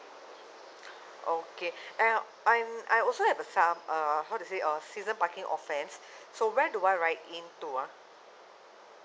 okay I I'm I also have a self uh how to say err season parking offense so where do I write into ah